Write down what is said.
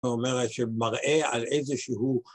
‫ואומרת שמראה על איזשהו...